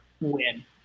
win